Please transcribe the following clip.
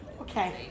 Okay